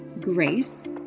grace